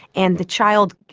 and the child,